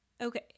okay